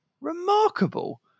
Remarkable